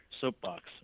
soapbox